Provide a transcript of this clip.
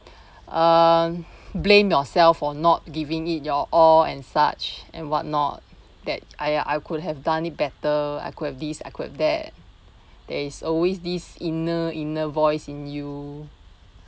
um blame yourself for not giving it your all and such and what not that !aiya! I could have done it better I could have this I could have that there is always this inner inner voice in you